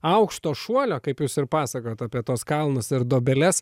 aukšto šuolio kaip jūs ir pasakojot apie tuos kalnus ir duobeles